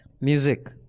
Music